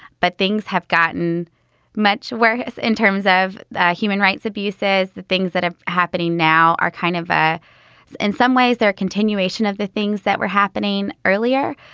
but things have gotten much worse in terms of human rights abuses. the things that are ah happening now are kind of ah in some ways their continuation of the things that were happening earlier.